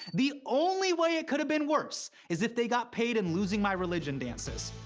the only way it could've been worse is if they got paid in losing my religion dances.